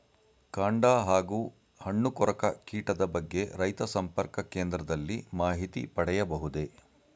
ಕಾಂಡ ಹಾಗೂ ಹಣ್ಣು ಕೊರಕ ಕೀಟದ ಬಗ್ಗೆ ರೈತ ಸಂಪರ್ಕ ಕೇಂದ್ರದಲ್ಲಿ ಮಾಹಿತಿ ಪಡೆಯಬಹುದೇ?